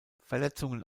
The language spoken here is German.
verletzungen